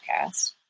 podcast